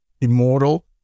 immortal